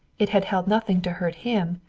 it had held nothing to hurt him.